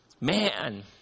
Man